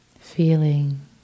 Feeling